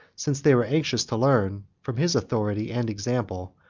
since they were anxious to learn, from his authority and example,